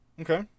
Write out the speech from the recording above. okay